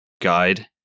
guide